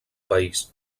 país